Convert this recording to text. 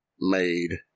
made